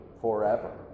forever